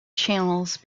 channels